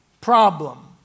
problem